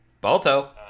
Balto